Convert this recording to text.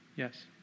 Yes